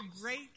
great